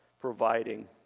providing